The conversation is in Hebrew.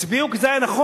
הצביעו כי זה היה נכון.